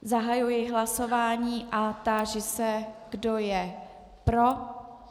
Zahajuji hlasování a táži se, kdo je pro.